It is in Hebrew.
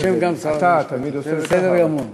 אתה תמיד יותר ככה.